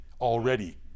already